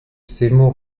seymour